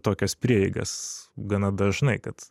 tokias prieigas gana dažnai kad